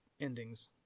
endings